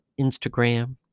Instagram